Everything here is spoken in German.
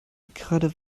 gerade